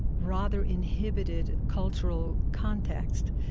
rather inhibited cultural context.